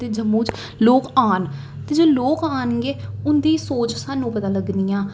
ते जम्मू च लोग औन जे लोग औन गै उं'दी सोच सानूं पता लग्गनी ऐ